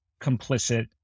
complicit